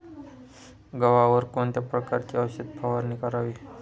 गव्हावर कोणत्या प्रकारची औषध फवारणी करावी?